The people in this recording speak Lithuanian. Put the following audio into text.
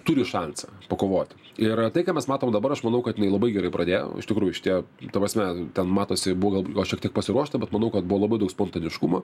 turi šansą pakovoti ir tai ką mes matom dabar aš manau kad jinai labai gerai pradėjo iš tikrųjų šitie ta prasme ten matosi buvo gal šiek tiek pasiruošta bet manau kad buvo labai daug spontaniškumo